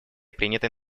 принятой